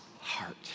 heart